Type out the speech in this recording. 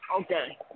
Okay